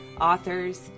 authors